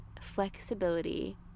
flexibility